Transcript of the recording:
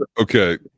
Okay